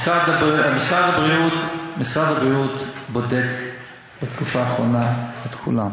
משרד הבריאות בודק בתקופה האחרונה את כולם.